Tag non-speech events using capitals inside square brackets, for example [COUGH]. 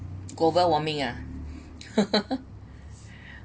global warming ah [LAUGHS]